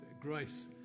grace